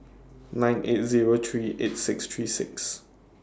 nine eight Zero three eight six three six